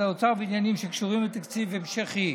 האוצר בעניינים שקשורים בתקציב המשכי.